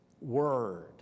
word